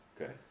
Okay